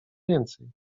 więcej